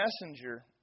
messenger